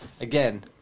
Again